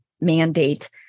mandate